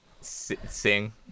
sing